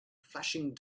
flashing